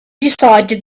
decided